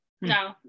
No